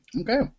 Okay